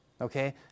Okay